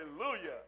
Hallelujah